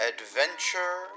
Adventure